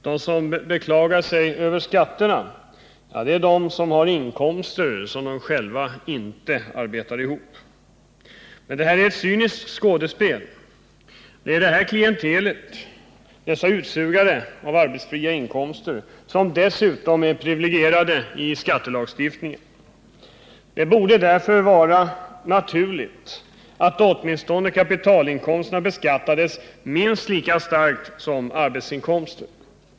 De som beklagar sig över skatterna är de som har inkomster som de själva inte arbetar ihop. Det är ett cyniskt skådespel. Det är detta klientel, dessa utsugare av arbetsfria inkomster, som dessutom är privilegierade i skattelagstiftningen. Det borde vara naturligt att kapitalinkomsterna beskattades åtminstone lika starkt som arbetsinkomster.